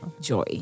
joy